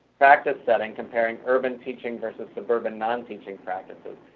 practice that in comparing urban teaching vs. suburban non-teaching practices,